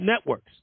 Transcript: networks